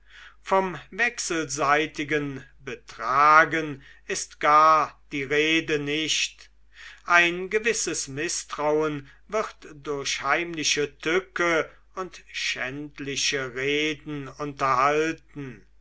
vom wechselseitigen betragen ist gar die rede nicht ein ewiges mißtrauen wird durch heimliche tücke und schändliche reden unterhalten